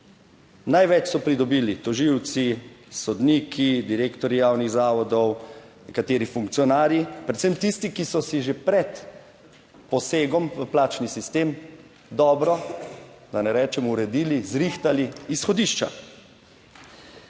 Največ so pridobili tožilci, sodniki, direktorji javnih zavodov, nekateri funkcionarji, predvsem tisti, ki so si že pred posegom v plačni sistem dobro, da ne rečem, uredili, zrihtali izhodišča.